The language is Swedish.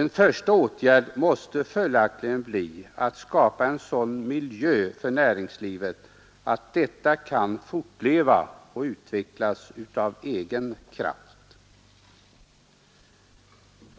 En första åtgärd måste följaktligen bli att skapa en sådan miljö för näringslivet att detta kan fortleva och utvecklas av egen kraft.